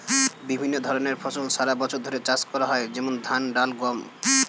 বিভিন্ন রকমের ফসল সারা বছর ধরে চাষ করা হয়, যেমন ধান, ডাল, গম